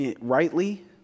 rightly